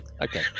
Okay